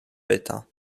pyta